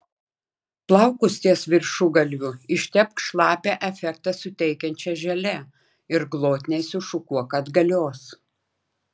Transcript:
plaukus ties viršugalviu ištepk šlapią efektą suteikiančia želė ir glotniai sušukuok atgalios